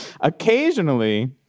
Occasionally